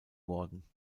worden